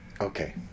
Okay